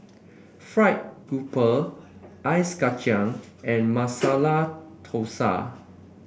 fried grouper Ice Kachang and Masala Thosai